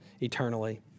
eternally